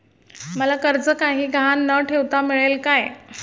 मला कर्ज काही गहाण न ठेवता मिळेल काय?